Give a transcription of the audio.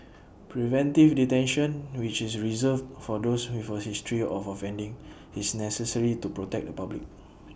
preventive detention which is reserved for those with A history of offending is necessary to protect the public